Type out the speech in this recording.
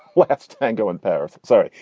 let's tango in paris sorry.